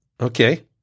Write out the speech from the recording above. okay